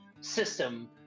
system